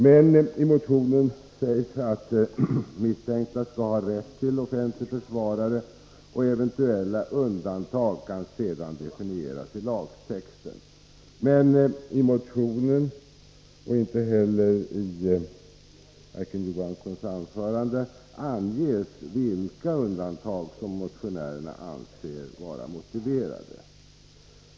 Men i motionen sägs att misstänkta skall ha rätt till offentlig försvarare och att eventuella undantag sedan kan definieras i lagtexten. Men varken i motionen eller i Marie-Ann Johanssons anförande anges vilka undantag som motionärerna anser vara motiverade.